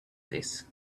this